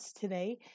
today